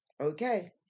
Okay